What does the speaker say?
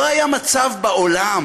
לא היה מצב בעולם